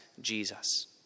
Jesus